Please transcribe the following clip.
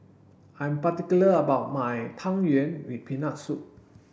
I'm particular about my tang yuen with peanut soup